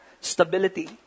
stability